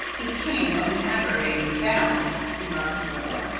he came of an aggravating family, remarked marilla.